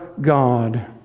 God